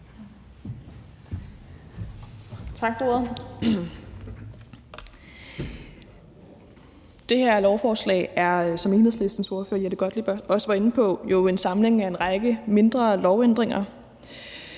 Tak for ordet.